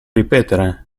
ripetere